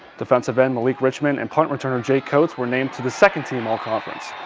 defensive end ma'lik richmond, and punt returner jay coates were named to the second team all-conference.